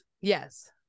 Yes